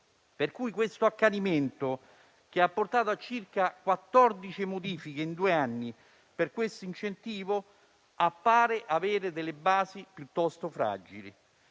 per cui l'accanimento che ha portato a circa 14 modifiche in due anni per questo incentivo appare avere basi piuttosto fragili.